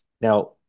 Now